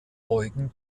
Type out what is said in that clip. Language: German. eugen